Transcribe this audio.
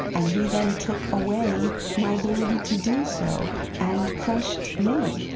and he then took away my ability to do so and crushed me.